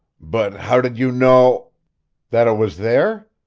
but how did you know that it was there?